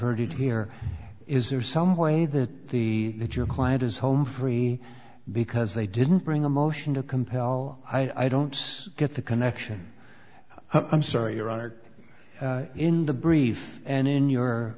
heard it here is there some way that the that your client is home free because they didn't bring a motion to compel i don't get the connection i'm sorry your honor in the brief and in your